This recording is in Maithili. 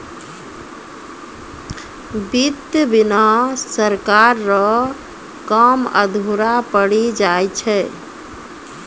वित्त बिना सरकार रो काम अधुरा पड़ी जाय छै